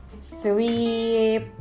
sweep